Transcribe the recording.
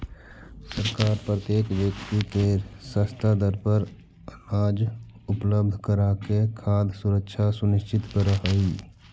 सरकार प्रत्येक व्यक्ति के सस्ता दर पर अनाज उपलब्ध कराके खाद्य सुरक्षा सुनिश्चित करऽ हइ